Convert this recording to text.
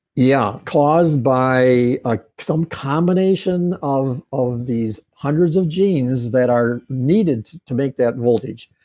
yeah caused by ah some combination of of these hundreds of genes that are needed to make that voltage.